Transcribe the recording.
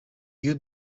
you